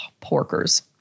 Porkers